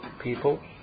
people